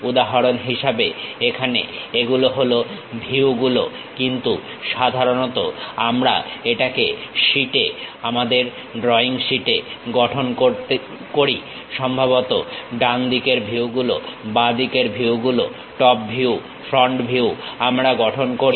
উদাহরণ হিসেবে এখানে এগুলো হলো ভিউগুলো কিন্তু সাধারণত আমরা এটাকে শীটে আমাদের ড্রইং শীট এ গঠন করি সম্ভবত ডানদিকের ভিউ গুলো বাঁ দিকের ভিউ গুলো টপ ভিউ ফ্রন্ট ভিউ আমরা গঠন করি